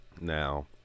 Now